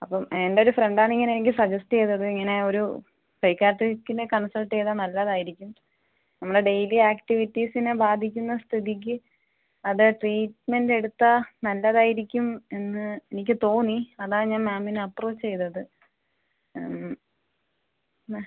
അപ്പോൾ എൻ്റെ ഒരു ഫ്രെണ്ട് ആണ് ഇങ്ങനെ എനിക്ക് സജെസ്റ്റ് ചെയ്തത് ഇങ്ങനെ ഒരു സൈക്കാട്രിക്കിനെ കൺസൾട്ട് ചെയ്താൽ നല്ലതായിരിക്കും നമ്മളെ ഡെയ്ലി ആക്ടിവിറ്റീസിനെ ബാധിക്കുന്ന സ്ഥിതിക്ക് അത് ട്രീറ്റ്മെൻറ് എടുത്താൽ നല്ലതായിരിക്കും എന്ന് എനിക്ക് തോന്നി അതാണ് ഞാൻ മാമിനെ അപ്പ്രോച്ച് ചെയ്തത് മ